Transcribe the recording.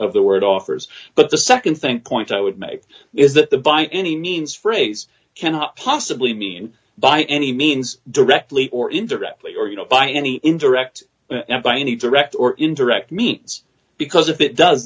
the word offers but the nd think point i would make is that the by any means phrase cannot possibly mean by any means directly or indirectly or you know by any interact by any direct or indirect means because if it does